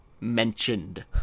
Mentioned